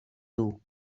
toe